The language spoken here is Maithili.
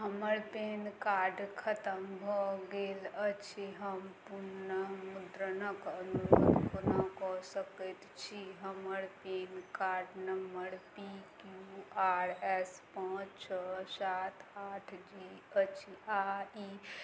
हमर पैन कार्ड खतम भऽ गेल अछि हम पुनर्मुद्रणक अनुरोध कोना कऽ सकैत छी हमर PAN card number P Q R S पाँच छओ सात आठ जी अछि